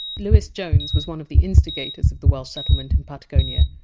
lewis jones was one of the instigators of the welsh settlement in patagonia.